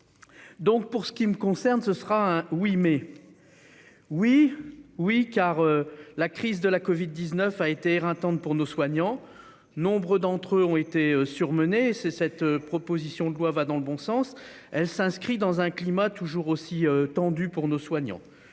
Pour ce qui me concerne, ce sera un « oui, mais ». Oui, car la crise de la covid-19 a été éreintante pour nos soignants, et nombre d'entre eux ont été surmenés. Si cette proposition de loi va dans le bon sens, elle s'inscrit dans un climat toujours aussi tendu dans la communauté